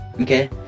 Okay